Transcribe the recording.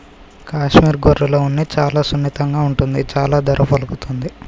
కాశ్మీర్ గొర్రెల ఉన్ని చాలా సున్నితంగా ఉంటుంది చాలా ధర పలుకుతుంది